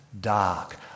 dark